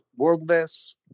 worldless